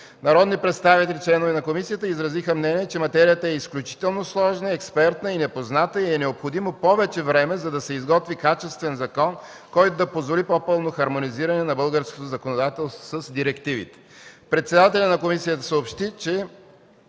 Народни представители – членове на комисията, изразиха мнения, че материята е изключително сложна, експертна и непозната и е необходимо повече време, за да се изготви качествен закон, който да позволи по-пълното хармонизиране на българското законодателство с директивите. Председателят на комисията съобщи, че